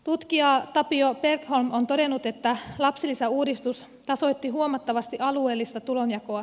tutkija tapio bergholm on todennut että lapsilisäuudistus tasoitti huomattavasti alueellista tulonjakoa